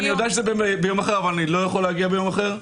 אני יודע שזה ביום אחר אבל אני לא יכול להגיע ביום אחר.